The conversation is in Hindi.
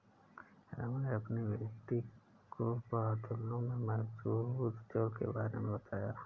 रामू ने अपनी बेटी को बादलों में मौजूद जल के बारे में बताया